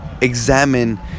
examine